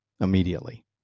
immediately